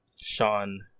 Sean